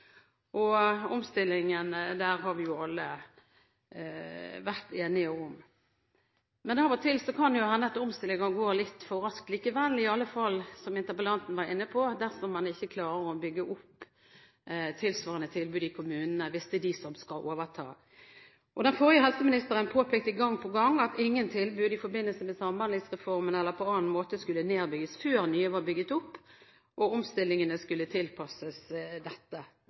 Omstillingen der har vi alle vært enige om, men av og til kan det jo hende at omstillinger går litt for raskt likevel, iallfall, som interpellanten var inne på, dersom man ikke klarer å bygge opp tilsvarende tilbud i kommunene, hvis det er de som skal overta. Den forrige helseministeren påpekte gang på gang at ingen tilbud i forbindelse med samhandlingsreformen eller på annen måte skulle nedbygges før nye var bygd opp, og omstillingene skulle tilpasses dette.